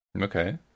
Okay